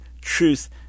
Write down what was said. truth